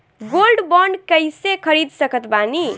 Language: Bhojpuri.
गोल्ड बॉन्ड कईसे खरीद सकत बानी?